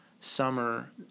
summer